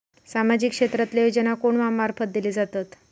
सामाजिक क्षेत्रांतले योजना कोणा मार्फत दिले जातत?